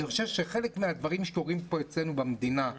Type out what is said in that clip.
אני חושב שחלק מהדברים שקורים אצלנו במדינה,